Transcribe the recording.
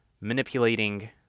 manipulating